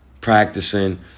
practicing